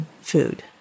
food